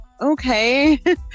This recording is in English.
okay